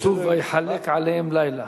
כתוב: "ויחלק עליהם לילה".